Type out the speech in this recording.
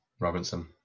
Robinson